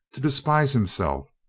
to despise himself.